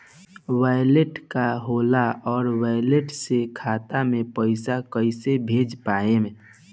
Wallet का होखेला और वैलेट से खाता मे पईसा कइसे भेज पाएम?